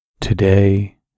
Today